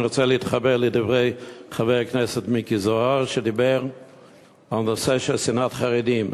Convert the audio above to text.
אני רוצה להתחבר לדברי חבר הכנסת מיקי זוהר על הנושא של שנאת חרדים.